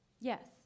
Yes